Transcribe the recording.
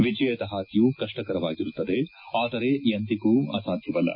ವಿಜಯದ ಹಾದಿಯು ಕಪ್ಲಕರವಾಗಿರುತ್ತದೆ ಆದರೆ ಎಂದಿಗೂ ಅಸಾಧ್ಯವಲ್ಲ